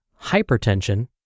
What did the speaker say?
hypertension